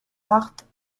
partent